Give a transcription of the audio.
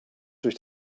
durch